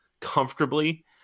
comfortably